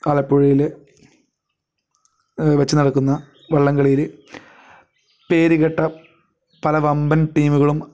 ആലപ്പുഴയിൽ വെച്ച് നടക്കുന്ന വള്ളം കളിയിൽ പേരുകേട്ട പല വമ്പൻ ടീമുകളും